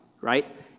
right